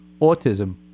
autism